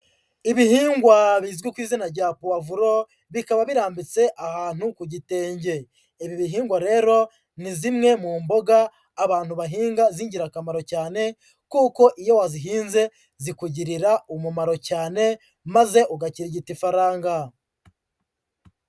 Ibihingwa bizwi ku izina rya puwavuro, bikaba birambitse ahantu ku gitenge, ibi bihingwa rero ni zimwe mu mboga abantu bahinga z'ingirakamaro cyane kuko iyo wazihinze zikugirira umumaro cyane maze ugakirigita ifaranga.